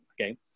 Okay